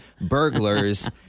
burglars